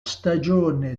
stagione